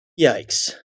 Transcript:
yikes